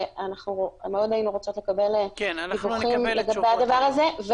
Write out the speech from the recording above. ואנחנו מאוד היינו רוצים לקבל דיווחים לגבי הדבר הזה,